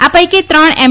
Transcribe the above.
આ પૈકી ત્રણ એમ